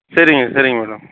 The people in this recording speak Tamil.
சரிங்க சரிங்க மேடம்